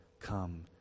come